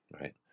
right